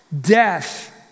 death